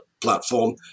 platform